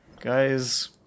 Guys